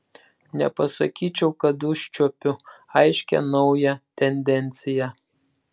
nepasakyčiau kad užčiuopiu aiškią naują tendenciją